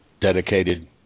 dedicated